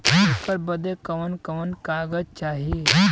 ऐकर बदे कवन कवन कागज चाही?